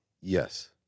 Yes